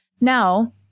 Now